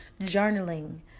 journaling